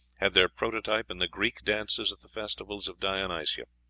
had their prototype in the greek dances at the festivals of dionysia.